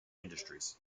industries